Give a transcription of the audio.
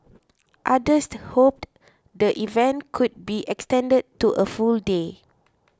others hoped the event could be extended to a full day